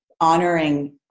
honoring